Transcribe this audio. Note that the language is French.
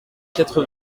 quatre